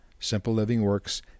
simplelivingworks